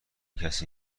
کسی